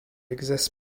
exists